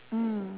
mm